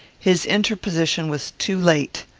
his interposition was too late.